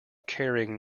carrying